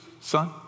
son